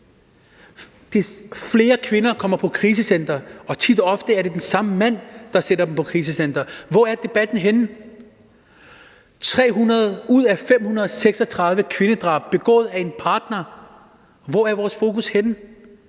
flere kvinder, der kommer på krisecenter, og tit og ofte er det den samme mand, der sender dem på krisecenter, men hvor er debatten henne? 300 ud af 536 kvindedrab begås af en partner, men hvor er vores fokus henne?